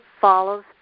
follows